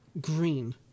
Green